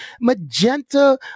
magenta